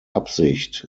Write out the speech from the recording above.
absicht